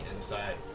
inside